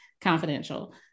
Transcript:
Confidential